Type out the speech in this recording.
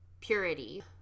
purity